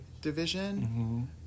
division